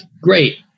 great